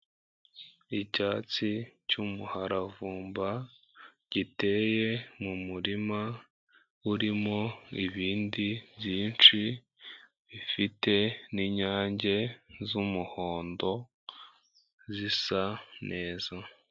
icyatsi cy'umuharavumba giteye mu muririma urimo ibindi byinshi bifite n'inyange z'umuhondo zisa neza